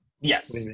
yes